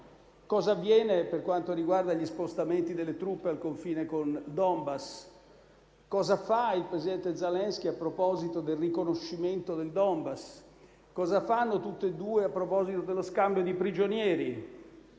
cosa avviene per quanto riguarda gli spostamenti delle truppe al confine con il Donbass; cosa fa il presidente Zelensky a proposito del riconoscimento del Donbass; cosa fanno entrambi a proposito dello scambio di prigionieri.